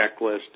checklist